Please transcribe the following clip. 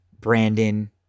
brandon